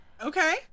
Okay